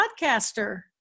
podcaster